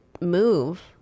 move